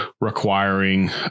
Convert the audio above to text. requiring